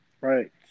right